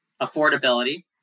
affordability